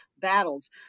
battles